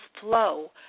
flow